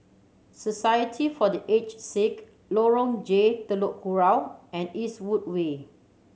Society for The Aged Sick Lorong J Telok Kurau and Eastwood Way